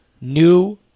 New